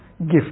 gift